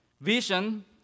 vision